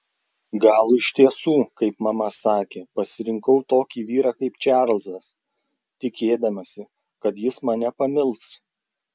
gal iš tiesų kaip mama sakė pasirinkau tokį vyrą kaip čarlzas tikėdamasi kad jis mane pamils